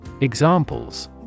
Examples